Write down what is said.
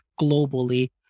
globally